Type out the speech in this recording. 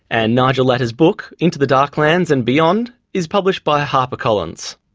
and nigel latta's book, into the darklands and beyond, is published by harper collins.